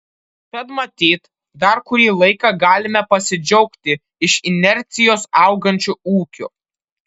tad matyt dar kurį laiką galime pasidžiaugti iš inercijos augančiu ūkiu